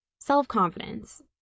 Self-confidence